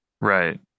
Right